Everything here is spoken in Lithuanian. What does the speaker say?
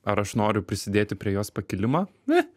ar aš noriu prisidėti prie jos pakilimo ne